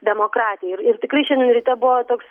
demokratijai ir ir tikrai šiandien ryte buvo toks